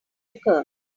occur